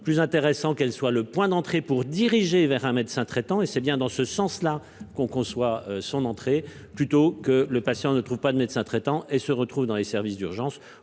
plus intéressant qu'elle soit le point d'entrée pour diriger vers un médecin traitant. Et c'est bien dans ce sens-là qu'on, qu'on soit son entrée plutôt que le patient ne trouvent pas de médecin traitant et se retrouvent dans les services d'urgence